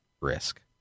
risk